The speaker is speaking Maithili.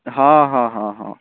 हँ हँ हँ हँ